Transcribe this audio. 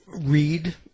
read